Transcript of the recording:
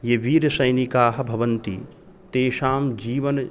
ये वीरसैनिकाः भवन्ति तेषां जीवन्ं